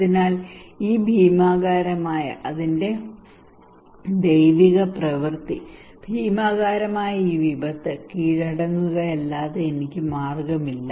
അതിനാൽ ഈ ഭീമാകാരമായ അതിന്റെ ദൈവിക പ്രവൃത്തി ഭീമാകാരമായ വിപത്ത് കീഴടങ്ങുകയല്ലാതെ എനിക്ക് മാർഗമില്ല